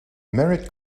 merritt